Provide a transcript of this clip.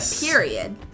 period